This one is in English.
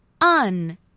un